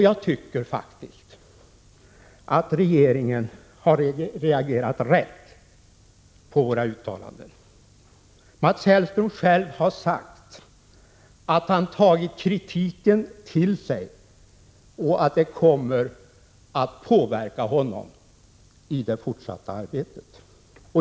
Jag tycker faktiskt att regeringen har reagerat rätt på våra uttalanden. Mats Hellström själv har sagt att han tagit kritiken till sig och att den kommer att påverka honom i det fortsatta arbetet.